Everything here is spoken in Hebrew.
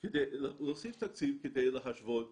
כדי להשוות